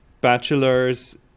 bachelor's